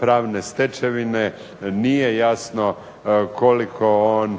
pravne stečevine, nije jasno koliko on